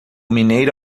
mineiro